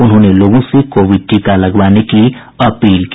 उन्होंने लोगों से कोविड टीका लगवाने की अपील की